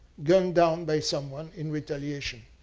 gunned down by someone in retaliation.